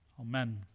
Amen